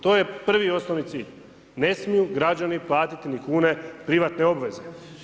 To je prvi i osnovni cilj, ne smiju građani platiti ni kune privatne obveze.